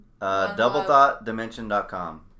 Doublethoughtdimension.com